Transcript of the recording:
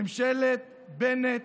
ממשלת בנט,